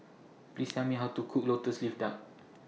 Please Tell Me How to Cook Lotus Leaf Duck